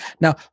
now